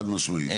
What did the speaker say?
חד משמעית.